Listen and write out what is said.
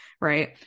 Right